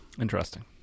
Interesting